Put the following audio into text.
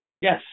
Yes